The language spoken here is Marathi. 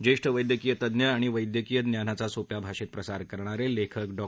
ज्यद्ववैद्यकीय तज्ञ आणि वैद्यकीय ज्ञानाचा सोप्या भाषदप्रसार करणारविखिक डॉ